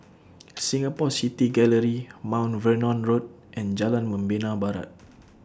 Singapore City Gallery Mount Vernon Road and Jalan Membina Barat